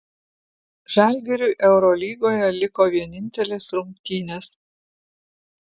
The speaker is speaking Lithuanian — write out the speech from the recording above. žalgiriui eurolygoje liko vienintelės rungtynės